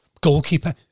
goalkeeper